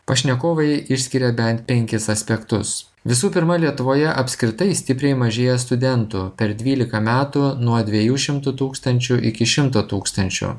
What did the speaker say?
pašnekovai išskiria bent penkis aspektus visų pirma lietuvoje apskritai stipriai mažėja studentų per dvylika metų nuo dviejų šimtų tūkstančių iki šimto tūkstančių